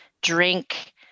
drink